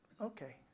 Okay